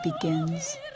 begins